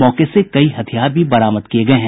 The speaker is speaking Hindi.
मौके से कई हथियार भी बरामद किये गये हैं